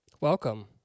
Welcome